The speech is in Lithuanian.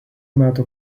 metų